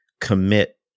commit